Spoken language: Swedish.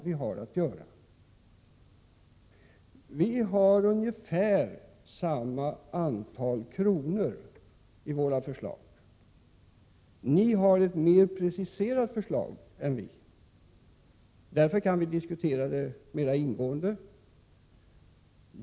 Våra olika förslag kostar ungefär samma antal kronor — ni har ett mer preciserat förslag än vi, därför kan vi diskutera det mer ingående.